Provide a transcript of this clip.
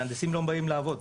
מהנדסים לא באים לעבוד.